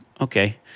okay